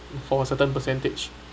for certain percentage